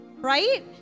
right